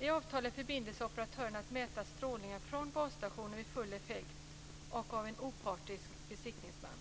I avtalet förbinder sig operatören att mäta strålningen från basstationen vid full effekt, och mätningen ska göras av en opartisk besiktningsman.